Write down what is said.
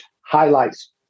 highlights